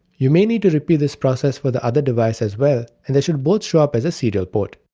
you may need to repeat this process for the other device as well and they should both show up as serial ports.